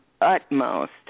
utmost